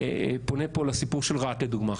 אני פונה פה לסיפור של רהט כדוגמה.